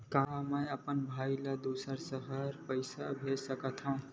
का मैं अपन भाई ल दुसर शहर पईसा भेज सकथव?